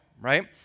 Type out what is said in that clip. right